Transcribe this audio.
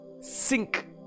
sink